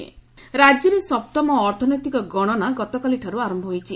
ଅର୍ଥନୈତିକ ଗଣନା ରାଜ୍ୟରେ ସପ୍ତମ ଅର୍ଥନୈତିକ ଗଣନା ଗତକାଲିଠାର୍ତ ଆର ହୋଇଛି